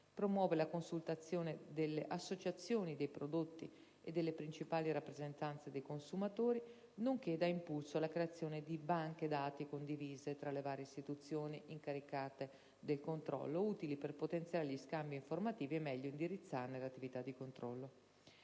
promuove la consultazione delle associazioni dei produttori e delle principali rappresentanze dei consumatori; dà impulso alla creazione di banche dati condivise tra le varie istituzioni incaricate del controllo, utili per potenziare gli scambi informativi e meglio indirizzarne l'attività di controllo.